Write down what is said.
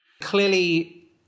Clearly